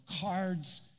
cards